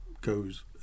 goes